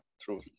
True